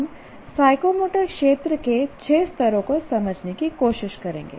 हम साइकोमोटर क्षेत्र के 6 स्तरों को समझने की कोशिश करेंगे